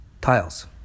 tiles